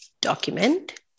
document